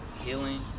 healing